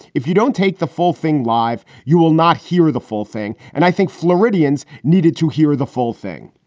if you don't take the full thing live, you will not hear the full thing. and i think floridians needed to hear the full thing.